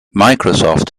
microsoft